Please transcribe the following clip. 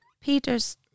Peter's